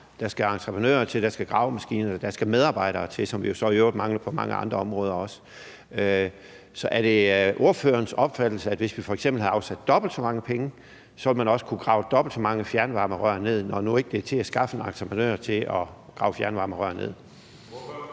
der skal entreprenører til, der skal gravemaskiner til, og der skal medarbejdere til, som vi jo så i øvrigt også mangler på mange andre områder. Så er det ordførerens opfattelse, at hvis vi f.eks. havde afsat dobbelt så mange penge, ville man også kunne grave dobbelt så mange fjernvarmerør ned, når det nu ikke er til at skaffe en entreprenør til at grave fjernvarmerør ned?